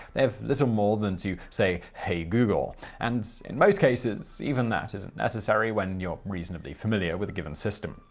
they have little more than to say hey google. and in most cases, even that isn't necessary when you're reasonably familiar with a given system.